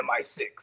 MI6